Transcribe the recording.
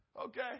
okay